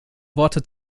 worte